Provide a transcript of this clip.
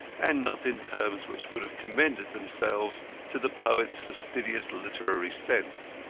and not in terms which would have commended themselves to the poet's fastidious literary sense.